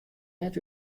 net